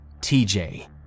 TJ